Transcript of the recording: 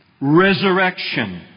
resurrection